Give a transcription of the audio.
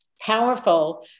powerful